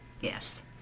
Yes